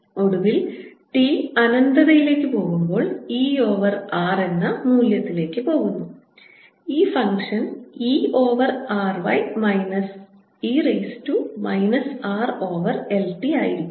ഒടുവിൽ t അനന്തതയിലേക്ക് പോകുമ്പോൾ E ഓവർ R എന്ന മൂല്യത്തിലേക്ക് പോകുന്നു ഈ function E over R 1 minus e raise to minus R over L t ആയിരിക്കും